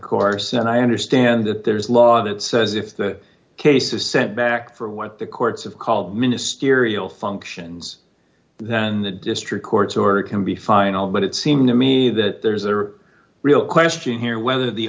course and i understand that there's a law that says if the case is sent back for what the courts have called ministerial functions then the district court's order can be final but it seemed to me that there's a real question here whether the